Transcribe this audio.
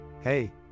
Hey